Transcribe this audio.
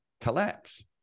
collapse